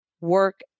work